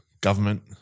government